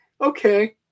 okay